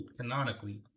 canonically